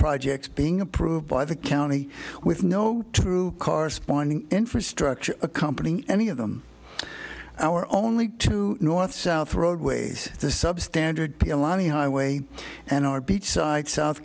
projects being approved by the county with no true corresponding infrastructure accompanying any of them our only two north south roadways the substandard pilani highway and our beach side south